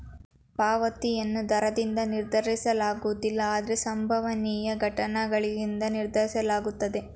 ಪಾವತಿಯನ್ನು ದರದಿಂದ ನಿರ್ಧರಿಸಲಾಗುವುದಿಲ್ಲ ಆದ್ರೆ ಸಂಭವನೀಯ ಘಟನ್ಗಳಿಂದ ನಿರ್ಧರಿಸಲಾಗುತ್ತೆ